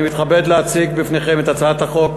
אני מתכבד להציג בפניכם את הצעת חוק